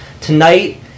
tonight